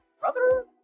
brother